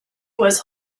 was